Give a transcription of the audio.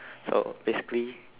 so basically